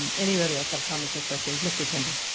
um anybody else have comments or questions? mr temby.